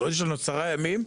יש לנו עוד עשרה ימים,